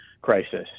crisis